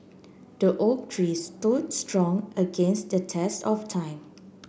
the oak tree stood strong against the test of time